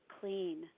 clean